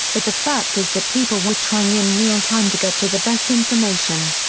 but the fact is that people were trying in real time to get to the best information.